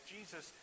Jesus